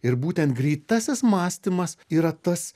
ir būtent greitasis mąstymas yra tas